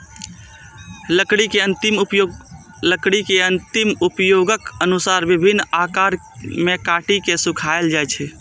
लकड़ी के अंतिम उपयोगक अनुसार विभिन्न आकार मे काटि के सुखाएल जाइ छै